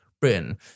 Britain